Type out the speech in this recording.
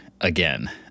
again